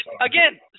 Again